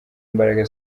mbaraga